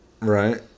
Right